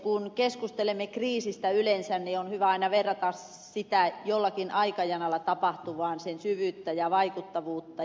kun keskustelemme kriisistä yleensä on hyvä aina verrata sitä jollakin aikajanalla tapahtuvaan sen syvyyttä ja vaikuttavuutta